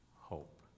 hope